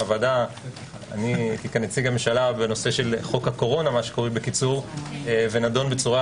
אני כנציג הממשלה בחוק הקורונה מה שקרוי בקיצור ונדון בצורה